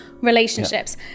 relationships